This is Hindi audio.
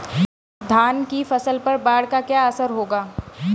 धान की फसल पर बाढ़ का क्या असर होगा?